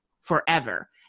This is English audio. forever